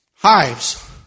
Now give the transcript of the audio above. Hives